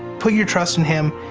put your trust in him.